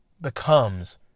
becomes